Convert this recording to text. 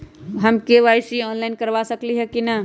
हम KYC online करवा सकली ह कि न?